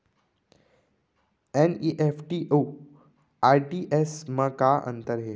NEFT अऊ RTGS मा का अंतर हे?